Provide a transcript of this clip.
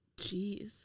Jeez